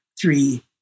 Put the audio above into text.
three